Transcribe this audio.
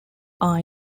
are